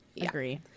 Agree